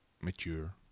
mature